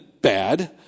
bad